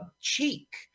cheek